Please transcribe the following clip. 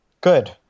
good